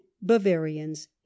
Bavarians